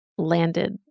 landed